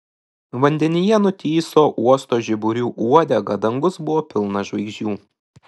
vandenyje nutįso uosto žiburių uodega dangus buvo pilnas žvaigždžių